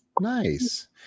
Nice